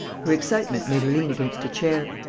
her excitement made her lean against a chair.